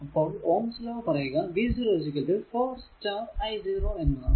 അപ്പോൾ Ohm's law പറയുക v0 4 i 0 എന്നാണ്